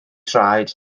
traed